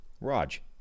Raj